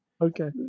Okay